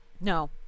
No